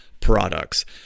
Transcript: products